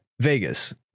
Vegas